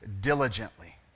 Diligently